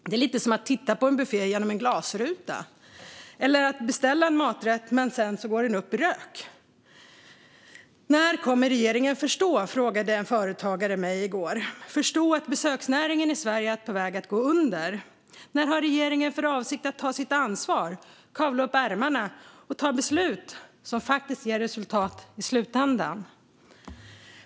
Det är lite som att titta på en buffé genom en glasruta eller att beställa en maträtt som sedan går upp i rök. När kommer regeringen att förstå, frågade en företagare mig i går. När kommer man att förstå att besöksnäringen i Sverige är på väg att gå under? När har regeringen för avsikt att ta sitt ansvar, kavla upp ärmarna och ta beslut som faktiskt ger resultat i slutändan?